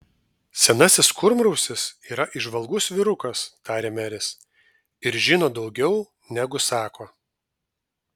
senasis kurmrausis yra įžvalgus vyrukas tarė meris ir žino daugiau negu sako